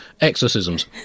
exorcisms